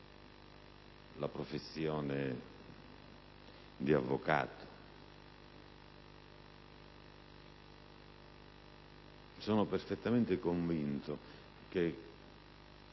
la professione di avvocato. Sono perfettamente convinto che,